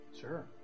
Sure